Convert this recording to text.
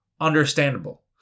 understandable